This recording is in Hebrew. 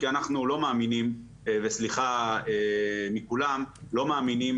כי אנחנו לא מאמינים, וסליחה מכולם, לא מאמינים